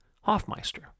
Hoffmeister